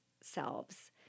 selves